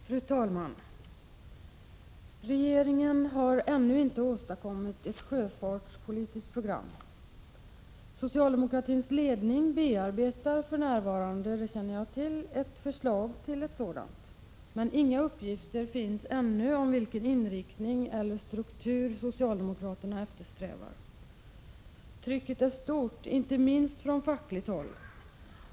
Fru talman! Regeringen har ännu inte åstadkommit ett sjöfartspolitiskt program. Socialdemokratins ledning bearbetar för närvarande ett förslag till ett sådant, men inga uppgifter finns i dag om vilken inriktning eller struktur de eftersträvar. Trycket är stort från inte minst fackligt håll.